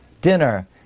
dinner